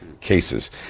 cases